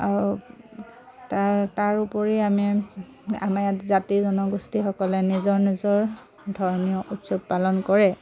আৰু তা তাৰ উপৰি আমি আমাৰ ইয়াত জাতি জনগোষ্ঠীসকলে নিজৰ নিজৰ ধৰ্মীয় উৎসৱ পালন কৰে